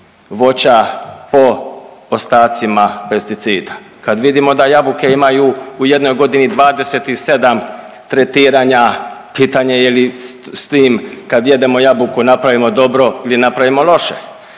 voća po ostacima pesticida, kad vidimo da jabuke imaju u jednoj godini 27 tretiranja, pitanje je li s tim kad jedemo jabuku napravimo dobro ili napravimo loše.